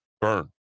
burn